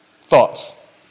thoughts